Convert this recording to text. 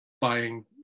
buying